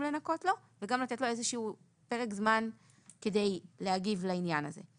לנכות לו; וגם לתת לו איזה שהוא פרק זמן כדי להגיב לעניין הזה.